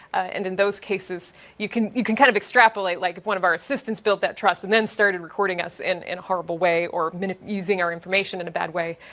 and in those cases you can you can kind of extrapolate like if one of our assistants built that trust and then started recording us in a horrible way or using our information in a bad way.